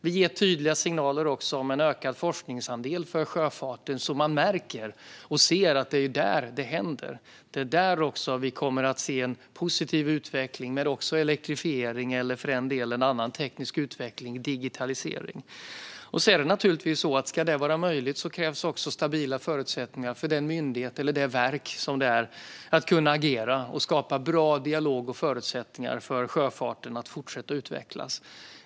Vi ger också tydliga signaler om ökad forskningsandel för sjöfarten, så att man märker och ser att det är där det händer. Där kommer vi också att se en positiv utveckling med elektrifiering eller, för den delen, en annan teknisk utveckling, digitalisering. Om detta ska vara möjligt krävs naturligtvis också stabila förutsättningar för det verk som det är att agera och skapa bra dialog och förutsättningar för sjöfarten att fortsätta utvecklas.